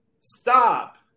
Stop